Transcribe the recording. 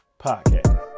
Podcast